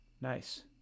Nice